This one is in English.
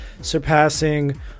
Surpassing